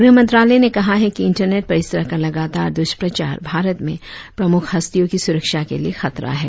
गृह मंत्रालय ने कहा है कि इंटरनेट पर इस तरह का लगातार दुष्प्रचार भारत में प्रमुख हस्तियों की सुरक्षा के लिए खतरा है